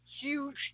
huge